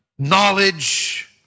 knowledge